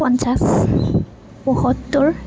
পঞ্চাছ পয়সত্তৰ